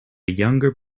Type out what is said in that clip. younger